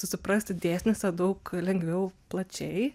susiprasti dėsniuose daug lengviau plačiai